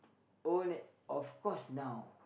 oh ne~ of course now